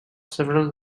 several